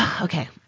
Okay